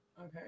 Okay